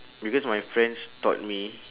because my friends taught me